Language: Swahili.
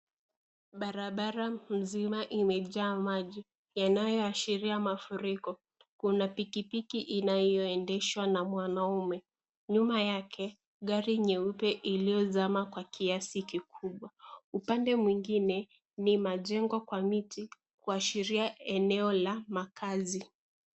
Barabara mzima imejaa maji inayoashiria mafuriko. Kuna pikipiki inayoendeshwa na mwanaume nyuma yake gari nyeupe iliyozama kwa kiasi kikubwa. Upandemwingine ni majengo kwa miti kuashiria eneo la makazi.